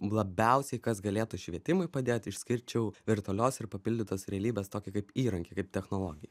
labiausiai kas galėtų švietimui padėt išskirčiau virtualios ir papildytos realybės tokį kaip įrankį kaip technologiją